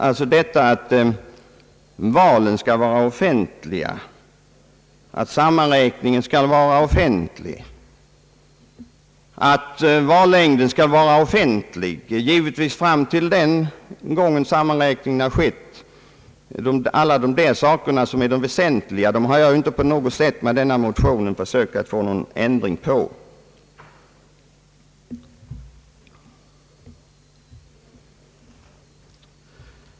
Att valen skall vara offentliga, att sammanräkningen skall vara offentlig, att vallängden skall vara offentlig — givetvis fram till den tidpunkt då valförrättning har skett — allt detta är regler som är väsentliga och som jag inte på något sätt med min motion försökt få någon ändring på.